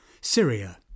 Syria